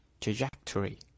trajectory